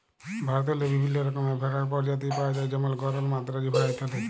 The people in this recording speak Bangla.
ভারতেল্লে বিভিল্ল্য রকমের ভেড়ার পরজাতি পাউয়া যায় যেমল গরল, মাদ্রাজি ভেড়া ইত্যাদি